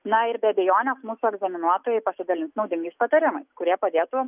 na ir be abejonės mūsų egzaminuotojai pasidalins naudingais patarimais kurie padėtų